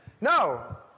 No